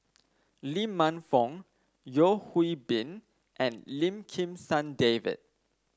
Lee Man Fong Yeo Hwee Bin and Lim Kim San David